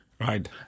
Right